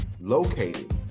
located